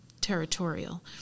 territorial